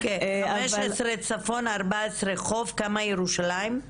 15 בצפון, 14 בחוף, כמה בירושלים?